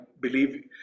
believe